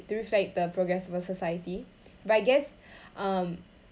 to reflect the progress of a society but I guess um